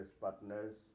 partners